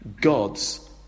god's